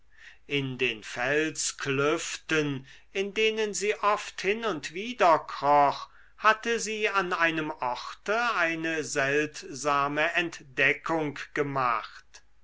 in den felsklüften in denen sie oft hin und wider kroch hatte sie an einem orte eine seltsame entdeckung gemacht